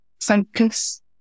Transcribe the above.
focus